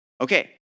Okay